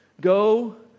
Go